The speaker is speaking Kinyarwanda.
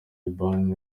liban